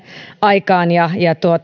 aikaan